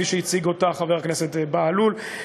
כפי שהציג אותה חבר הכנסת בהלול,